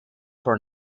for